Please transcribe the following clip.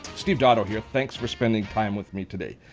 steve dotto here. thanks for spending time with me today.